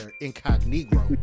incognito